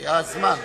היה זמן.